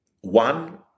one